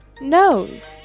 nose